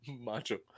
macho